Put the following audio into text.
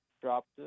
dropped